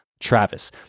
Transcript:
Travis